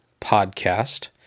Podcast